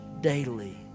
daily